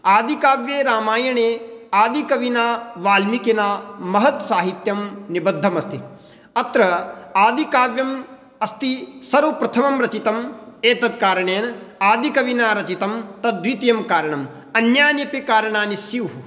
आदिकाव्ये रामायणे आदिकविना वाल्मीकिना महत् साहित्यं निबद्धम् अस्ति अत्र आदिकाव्यम् अस्ति सर्वप्रथमं रचितम् एतत्कारणेन आदिकविना रचितं तद् द्वितीयं कारणम् अन्यानि अपि कारणानि स्युः